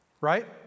Right